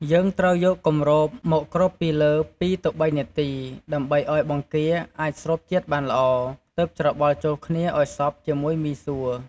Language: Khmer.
យើងត្រូវយកគម្របមកគ្របពីលើ ២ ទៅ៣នាទី ដើម្បីឲ្យបង្គាអាចស្រូបជាតិបានល្អ ទើបច្របល់ចូលគ្នាឱ្យសព្វជាមួយមីសួរ។